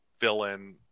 villain